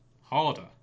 harder